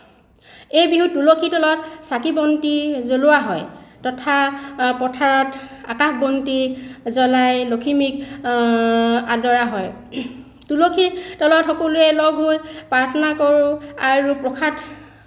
এই বিহুত তুলসীৰ তলত চাকি বন্তি জ্বলোৱা হয় তথা পথাৰত আকাশ বন্তি জ্বলাই লখিমীক আদৰা হয় তুলসীৰ তলত সকলোৱে লগ হৈ প্ৰাৰ্থনা কৰোঁ আৰু প্ৰসাদ